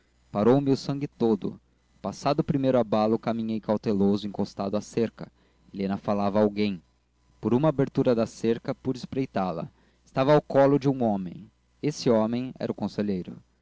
parou me o sangue todo passado o primeiro abalo caminhei cauteloso encostado à cerca helena falava a alguém por uma abertura da cerca pude espreitá la estava ao colo de um homem esse homem era o conselheiro